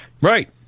Right